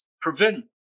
prevent